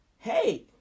Hey